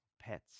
pets